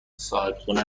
صاحبخونه